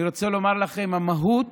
אני רוצה לומר לכם, המהות